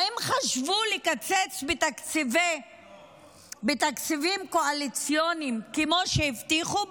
האם חשבו לקצץ בתקציבים קואליציוניים כמו שהבטיחו?